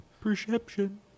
Perception